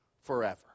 forever